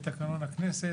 לתקנון הכנסת.